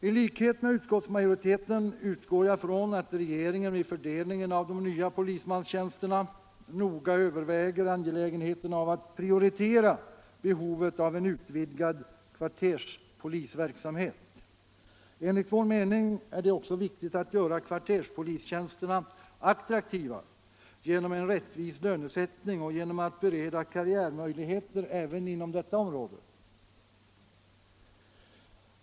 I likhet med utskottsmajoriteten utgår jag från att regeringen vid fördelning av de nya polismanstjänsterna noga överväger angelägenheten av att prioritera behovet av en utvidgad kvarterspolisverksamhet. Enligt vår mening är det också viktigt att göra kvarterspolistjänsterna attraktiva genom en rättvis lönesättning och genom att bereda karriärmöjligheter även inom detta område.